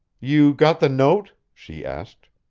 you got the note? she asked.